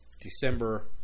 December